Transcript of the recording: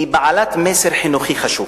היא בעלת מסר חינוכי חשוב,